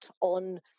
on